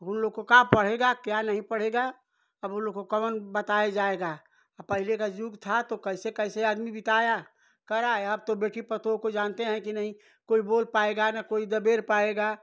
उन लोग को क्या पढ़ेगा क्या नहीं पढ़ेगा अब उन लोग को कौन बताया जाएगा पहले का युग था तो कैसे कैसे आदमी बिताया कराया अब तो बेटी पतोहू को तो जानते हैं कि नहीं कोई बोल पाएगा ना कोई दबेर पाएगा